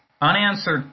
unanswered